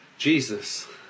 jesus